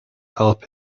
help